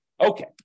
Okay